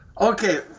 Okay